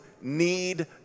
need